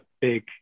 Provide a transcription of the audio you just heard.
big